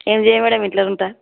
ఏమి చేయ మ్యాడమ్ ఇంట్లోనే ఉంటాను